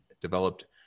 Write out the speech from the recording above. developed